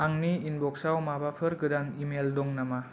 आंनि इनबक्साव माबाफोर गोदान इमेल दं नामा